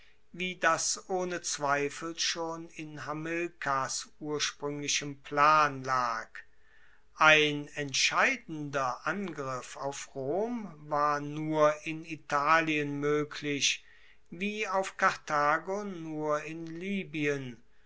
wie das ohne zweifel schon in hamilkars urspruenglichem plan lag ein entscheidender angriff auf rom war nur in italien moeglich wie auf karthago nur in libyen